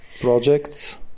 projects